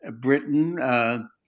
Britain